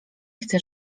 chce